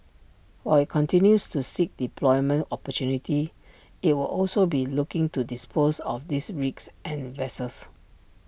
while IT continues to seek deployment opportunities IT will also be looking to dispose of these rigs and vessels